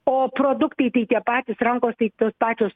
o produktai tai tie patys rankos tai tos pačios